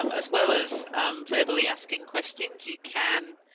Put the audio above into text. um as well as verbally asking questions you can.